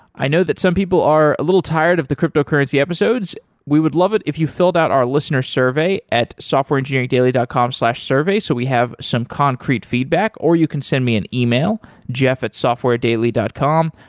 i know that some people are a little tired of the crypto currency episodes, so we would love it if you filled out our listener survey at softwareengineeringdaily dot com slash survey, so we have some concrete feedback or you can send me an email jeff at softwaredaily dot com,